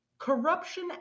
Corruption